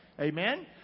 Amen